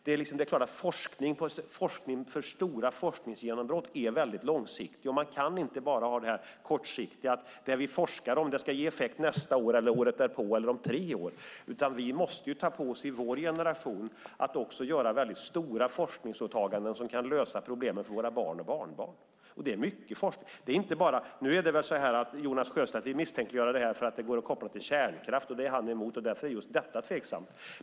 Det är klart att forskning för stora forskningsgenombrott är mycket långsiktig. Man kan inte bara vara kortsiktig och säga att det som vi forskar om ska ge effekt nästa år, året därpå eller om tre år. Vi i vår generation måste också ta på oss att göra stora forskningsåtaganden för att problemen för våra barn och barnbarn ska kunna lösas. Det är mycket forskning. Jonas Sjöstedt vill väl misstänkliggöra detta för att det går att koppla till kärnkraft som han är emot, och därför är just detta tveksamt.